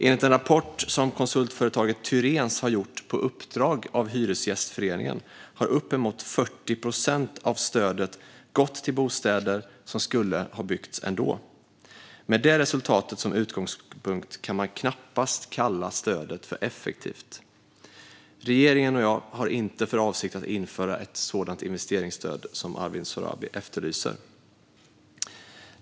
Enligt en rapport som konsultföretaget Tyréns har gjort på uppdrag av Hyresgästföreningen har uppemot 40 procent av stödet gått till bostäder som skulle ha byggts ändå. Med det resultatet som utgångspunkt kan man knappast kalla stödet för effektivt. Regeringen och jag har inte för avsikt att införa ett sådant investeringsstöd som Arwin Sohrabi efterlyser.